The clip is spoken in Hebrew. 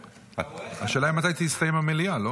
השאלה היא מתי תסתיים המליאה, לא?